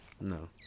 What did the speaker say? No